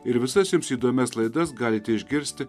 ir visas jums įdomias laidas galite išgirsti